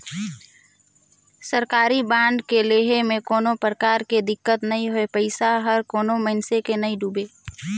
सरकारी बांड के लेहे में कोनो परकार के दिक्कत नई होए पइसा हर कोनो मइनसे के नइ डुबे